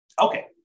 Okay